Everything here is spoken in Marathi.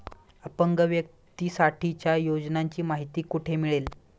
अपंग व्यक्तीसाठीच्या योजनांची माहिती कुठे मिळेल?